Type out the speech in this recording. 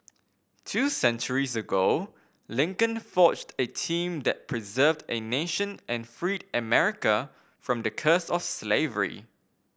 two centuries ago Lincoln forged a team that preserved a nation and freed America from the curse of slavery